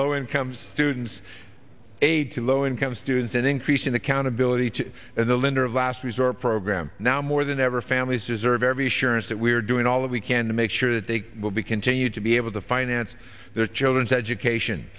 low income students aid to low income students and increasing accountability to the lender of last resort program now more than ever families deserve every surance that we're doing all that we can to make sure that they will be continued to be able to finance their children's education